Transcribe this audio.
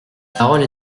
parole